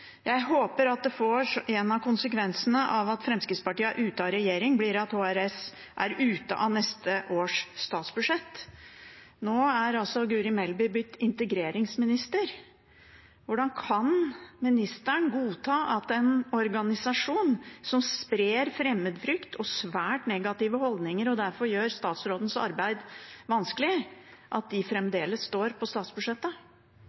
jeg håper derfor at en av konsekvensene av at Frp er ute av regjering, blir at HRS er ute av neste års statsbudsjett.» Nå er altså Guri Melby blitt integreringsminister. Hvordan kan ministeren godta at en organisasjon som sprer fremmedfrykt og svært negative holdninger, og derfor gjør statsrådens arbeid vanskelig,